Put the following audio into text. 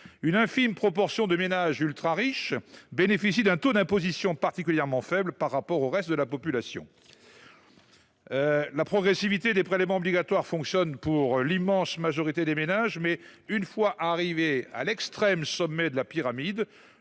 une infime proportion des ménages ultrariches bénéficie d’un taux d’imposition particulièrement faible par rapport au reste de la population. La progressivité des prélèvements obligatoires fonctionne pour l’immense majorité des ménages, mais une fois arrivé à l’extrême sommet de la pyramide,